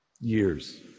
Years